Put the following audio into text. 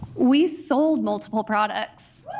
we sold multiple products.